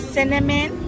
Cinnamon